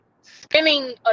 spinning